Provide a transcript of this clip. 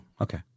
okay